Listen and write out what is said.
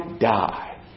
die